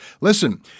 Listen